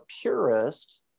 purist